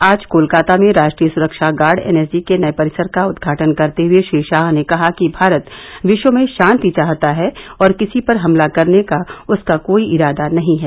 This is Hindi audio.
आज कोलकाता में राष्ट्रीय सुख्का गार्ड एनएसजी के नए परिसर का उद्घाटन करते हुए श्री शाह ने कहा कि भारत विश्व में शाति चाहता है और किसी पर हमला करने का उसका कोई इरादा नहीं है